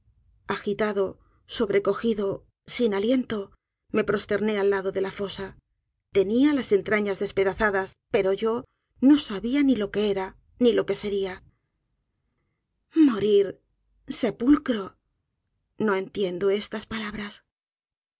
agitado sobrecogido sin aliento me prosterné al lado de la fosa tenia jas entrañas despedazadas pero yo no sabia ni lo que era ni lo que seria morir sepulcro no entiendo estas palabras